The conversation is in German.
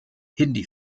hindi